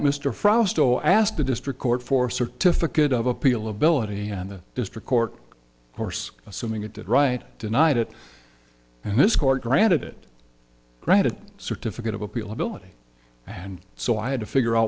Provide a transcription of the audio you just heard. frausto asked the district court for certificate of appeal ability and the district court course assuming it did right denied it and this court granted it right a certificate of appeal ability and so i had to figure out